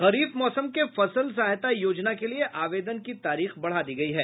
खरीफ मौसम के फसल सहायता योजना के लिए आवेदन की तारीख बढ़ा दी गयी है